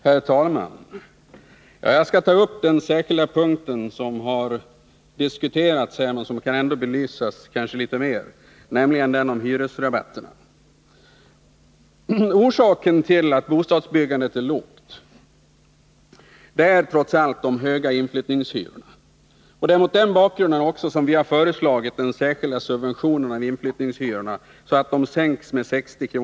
Herr talman! Jag skall ta upp den särskilda punkt i civilutskottets betänkande som diskuterats här men som kanske kan belysas litet mer, nämligen den om hyresrabatterna. Orsaken till att bostadsbyggandet är lågt är trots allt de höga inflyttningshyrorna. Det är mot den bakgrunden som vi har föreslagit en särskild subvention av inflyttningshyrorna, så att de sänks med 60 kr.